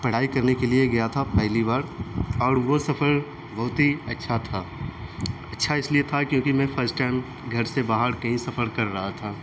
پڑھائی کرنے کے لیے گیا تھا پہلی بار اور وہ سفر بہت ہی اچّھا تھا اچّھا اس لیے تھا کیونکہ میں فرسٹ ٹائم گھر سے باہر کہیں سفر کر رہا تھا